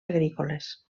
agrícoles